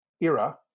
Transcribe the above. era